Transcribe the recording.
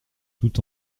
tout